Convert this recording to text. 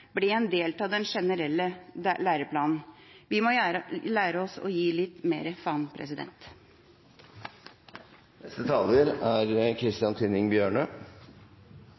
en del av den generelle læreplanen: «Vi må lære oss å gi litt mer faen.» Mange norske skoleelever sier de er